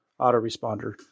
autoresponder